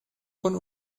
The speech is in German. von